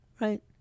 right